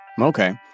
okay